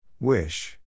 Wish